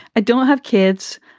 i don't have kids.